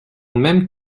même